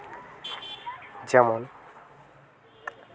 ᱡᱮᱢᱚᱱ